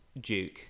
Duke